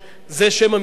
זה שם המשחק